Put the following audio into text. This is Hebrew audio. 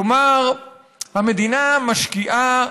כלומר המדינה משקיעה